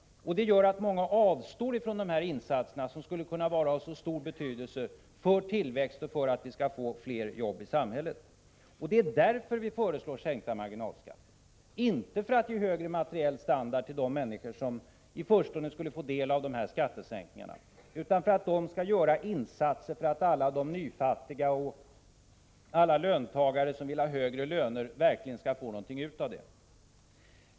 Detta gör att många avstår från de insatser som skulle kunna vara av mycket stor betydelse för tillväxten och möjligheten att få fler arbeten i samhället. Det är därför som vi föreslår en sänkning av marginalskatterna, inte för att ge högre materiell standard åt de människor som i förstone skulle få del av de här skattesänkningarna, utan för att de skall göra insatser, så att alla nyfattiga och alla löntagare som vill ha högre löner verkligen kan få ut någonting.